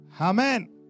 Amen